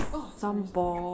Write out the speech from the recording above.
some ball